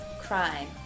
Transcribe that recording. crime